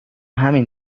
همین